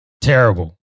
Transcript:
Terrible